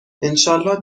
انشاالله